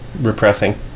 repressing